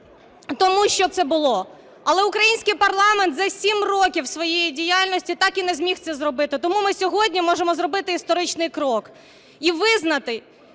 тому, що це було. Але український парламент за сім років своєї діяльності так і не зміг це зробити. Тому ми сьогодні можемо зробити історичний крок і визнати